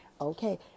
okay